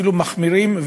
אפילו מחמירים,